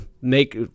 make